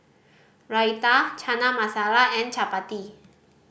Raita Chana Masala and Chapati